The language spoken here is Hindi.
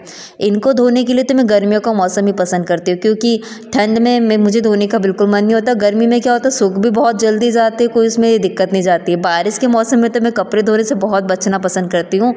इनको धोने के लिए तो मैं गर्मियों का मौसम ही पसंद करती हूँ क्योंकि ठंड में मुझे धोने का बिलकुल मन नहीं होता गर्मी में क्या होता है सूख भी बहुत जल्दी जाते हैं कोई इसमें यह दिक्कत नहीं जाती है बारिश के मौसम में तो मैं कपड़े धोने से बहुत बचना पसंद करती हूँ